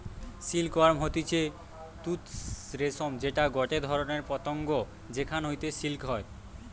silk worm হতিছে তুত রেশম যেটা গটে ধরণের পতঙ্গ যেখান হইতে সিল্ক হয়